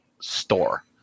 store